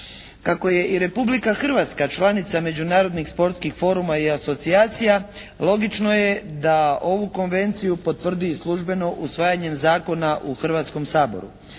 Kako je i Republika Hrvatska članica međunarodnih sportskih foruma i asocijacija logično je da ovu konvenciju potvrdi i službeno usvajanjem zakona u Hrvatskom saboru.